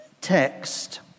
text